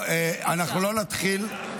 אנחנו לא נתחיל.